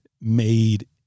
made